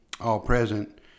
all-present